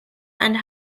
and